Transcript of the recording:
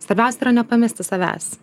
svarbiausia yra nepamesti savęs